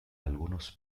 algunos